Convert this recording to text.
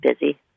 busy